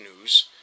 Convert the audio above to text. news